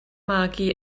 magu